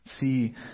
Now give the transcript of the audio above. see